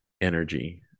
energy